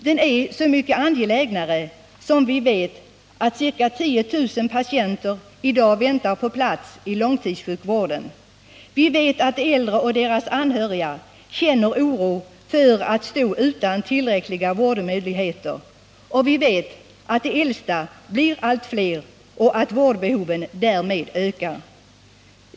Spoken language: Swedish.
Den är så mycket mer angelägen som vi vet att ca 10 000 patienter i dag väntar på plats inom långtidssjukvården. Vi vet också att de äldre och deras anhöriga känner oro för att behöva stå utan tillräckliga vårdmöjligheter, liksom att de äldsta blir allt fler och att vårdbehoven därmed ökar.